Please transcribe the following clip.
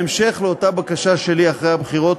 בהמשך לאותה בקשה שלי אחרי הבחירות,